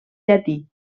llatí